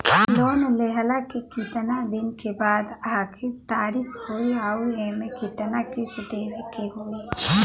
Loan लेहला के कितना दिन के बाद आखिर तारीख होई अउर एमे कितना किस्त देवे के होई?